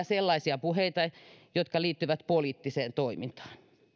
sellaisia puheita jotka liittyvät poliittiseen toimintaan